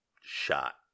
shot